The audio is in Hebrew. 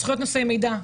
זכויות נושאי מידע,